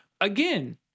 again